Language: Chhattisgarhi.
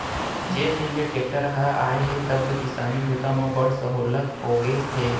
जेन दिन ले टेक्टर हर आए हे तब ले किसानी बूता म बड़ सहोल्लत होगे हे